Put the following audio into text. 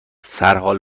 سرحال